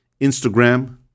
Instagram